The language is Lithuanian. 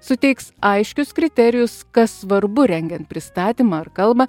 suteiks aiškius kriterijus kas svarbu rengiant pristatymą ar kalbą